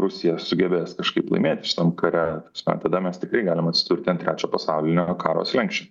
rusija sugebės kažkaip laimėti šitam kare ta prasme tada mes tikrai galim atsidurti ant trečio pasaulinio karo slenksčio